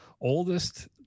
oldest